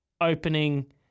opening